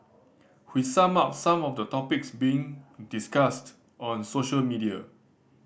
we sum up some of the topics being discussed on social media